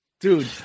Dude